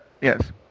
Yes